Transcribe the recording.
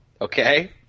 Okay